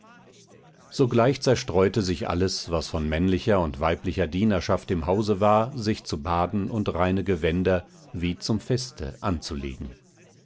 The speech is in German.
sogleich zerstreute sich alles was von männlicher und weiblicher dienerschaft im hause war sich zu baden und reine gewänder wie zum feste anzulegen